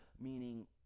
meaning